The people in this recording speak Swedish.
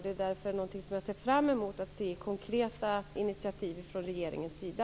Det är därför jag ser fram emot konkreta initiativ från regeringens sida.